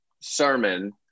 sermon